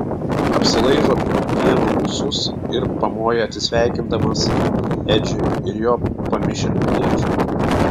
apsilaižo pieno ūsus ir pamoja atsisveikindamas edžiui ir jo pamišėliui tėčiui